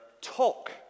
talk